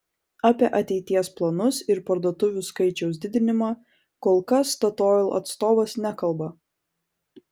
apie ateities planus ir parduotuvių skaičiaus didinimą kol kas statoil atstovas nekalba